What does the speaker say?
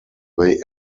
they